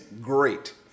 great